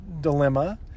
dilemma